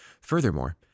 Furthermore